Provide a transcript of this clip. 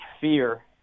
fear